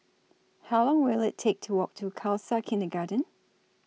How Long Will IT Take to Walk to Khalsa Kindergarten